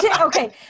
okay